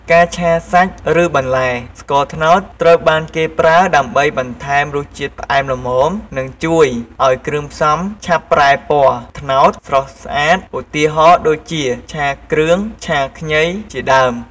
ការឆាសាច់ឬឆាបន្លែ ស្ករត្នោតត្រូវបានគេប្រើដើម្បីបន្ថែមរសជាតិផ្អែមល្មម និងជួយឱ្យគ្រឿងផ្សំឆាប់ប្រែពណ៌ត្នោតស្រស់ស្អាត ឧទាហរណ៍ដូចជា ឆាគ្រឿង ឆាខ្ញី ជាដើម។